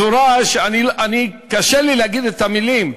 בצורה, אני, קשה לי להגיד את המילים,